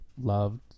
loved